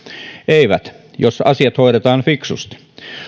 eivät jos asiat hoidetaan fiksusti